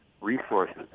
resources